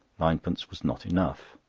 ninepence was not enough.